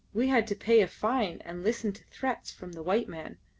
we had to pay a fine and listen to threats from the white men,